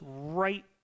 right